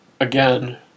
again